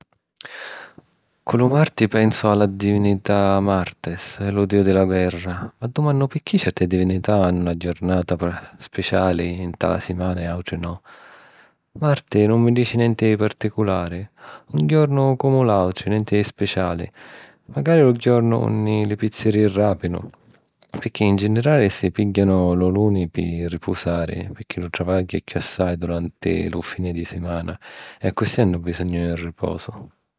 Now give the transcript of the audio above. Cu lu marti pensu a li divinità, Martes lu diu di la guerra. M’addumannu picchì certi divinità hannu na jurnata speciali nta la simana e àutri no. Marti nun mi dici nenti di particulari, un jornu comu l’àutri, nenti di speciali... Macari lu jornu unni li pizzerìi rapinu, picchì in ginirali si pìgghianu lu luni pi ripusari, picchì lu travagghiu è chiù assai duranti lu fini di simana e accussì hannu bisognu di riposu.